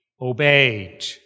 obeyed